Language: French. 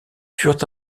furent